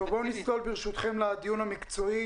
בואו נצלול לדיון המקצועי.